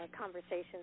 conversations